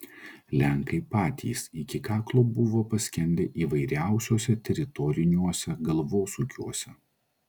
lenkai patys iki kaklo buvo paskendę įvairiausiuose teritoriniuose galvosūkiuose